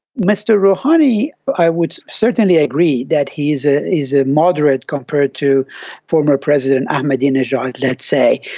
mr rouhani, i would certainly agree that he is ah is a moderate compared to former president ahmadinejad, let's say,